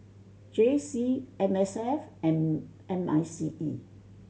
J C M S F and M I C E